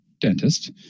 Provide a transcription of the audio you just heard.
dentist